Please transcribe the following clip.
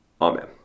Amen